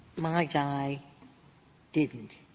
my guy didn't,